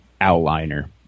outliner